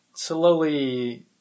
Slowly